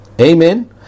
Amen